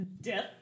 death